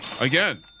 Again